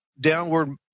downward